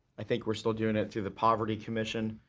i think we're still doing it through the poverty commission,